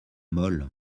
molle